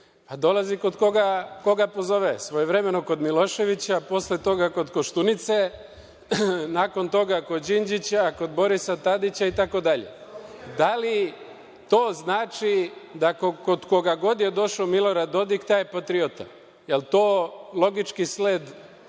dolazi kod onoga ko ga pozove. Svojevremeno kod Miloševića, posle toga kod Koštunice, nakon toga kod Đinđića, kod Borisa Tadića itd. Da li to znači da kod koga god je došao Milorad Dodik, taj je patriota? Je li to logički sled